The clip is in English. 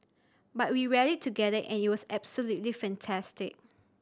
but we rallied together and it was absolutely fantastic